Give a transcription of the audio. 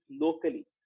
locally